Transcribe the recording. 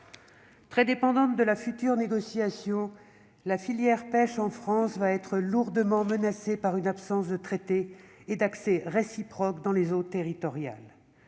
Très dépendante de la future négociation, la filière pêche française sera lourdement menacée par une absence de traité et d'accès réciproque dans les eaux territoriales.